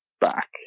back